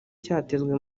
cyatezwe